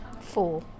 Four